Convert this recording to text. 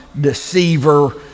deceiver